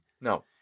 No